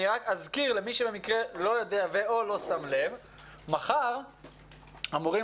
אני אזכיר למי שלא יודע מחר אמורים